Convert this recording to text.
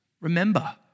Remember